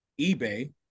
eBay